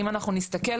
אם אנחנו נסתכל,